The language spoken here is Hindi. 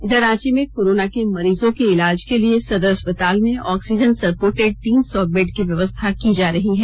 इधर रांची में कोरोना के मरीजों के इलाज के लिए सदर अस्पताल में ऑक्सीजन सर्पोटेट तीन सौ बेड की व्यवस्था की जा रही है